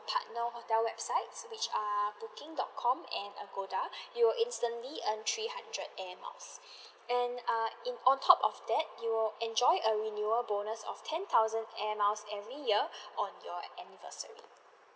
partner hotel websites which are booking dot com and agoda you will instantly earn three hundred air miles and uh in on top of that you will enjoy a renewal bonus of ten thousand air miles every year on your anniversary